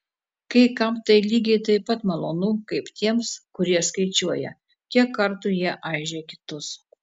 kai kam tai lygiai taip pat malonu kaip tiems kurie skaičiuoja kiek kartų jie aižė kitus